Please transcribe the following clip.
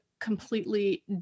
completely